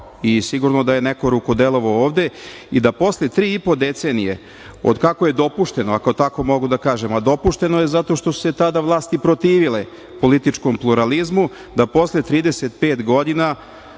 i sigurno da je neko rukodelovao ovde i da posle tri i po decenije od kako je dopušteno, ako tako mogu da kažem, a dopušteno je zato što su se vlasti tada protivile političkom pluralizmu da posle 35 godina,